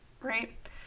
right